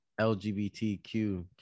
LGBTQ